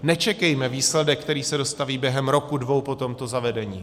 Nečekejme výsledek, který se dostaví během roku, dvou po tomto zavedení.